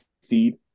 seed